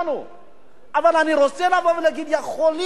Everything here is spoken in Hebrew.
אבל אני רוצה לבוא ולהגיד: יכולים להשתפר עוד יותר.